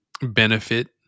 benefit